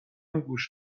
گوش